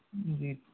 जी